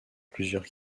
plusieurs